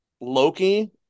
Loki